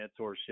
mentorship